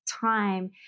time